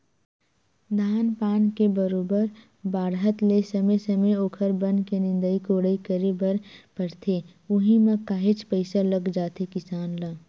धान पान के बरोबर बाड़हत ले समे समे ओखर बन के निंदई कोड़ई करे बर परथे उहीं म काहेच पइसा लग जाथे किसान ल